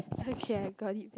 okay I got it back